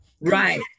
right